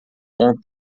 bom